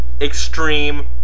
extreme